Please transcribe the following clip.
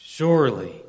Surely